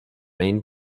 main